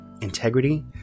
integrity